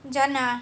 jannah